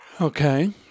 Okay